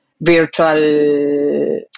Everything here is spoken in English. virtual